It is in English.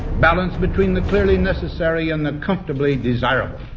balance between the clearly necessary and the comfortably desirable.